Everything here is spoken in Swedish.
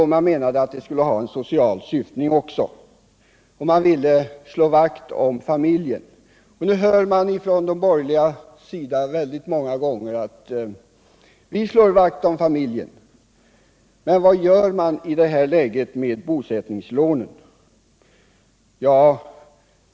Man menade att lånen också skulle ha en social syftning. Man ville slå vakt om familjen. Nu hör man mycket ofta från de borgerligas sida att ”vi vill slå vakt om familjen”. Men vad gör man med bosättningslånen i det här läget?